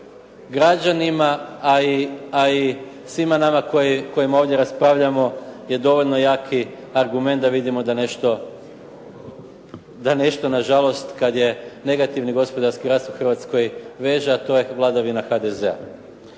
građanima a i svima nama koji ovdje raspravljamo je dovoljno jaki argument da vidimo da nešto na žalost kada je negativni gospodarski rast u Hrvatskoj veže a to je vladavina HDZ-a.